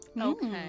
Okay